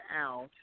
out